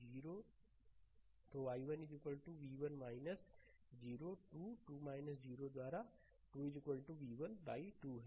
0 तो i1 v1 0 2 2 0 द्वारा 2 v1 by 2 है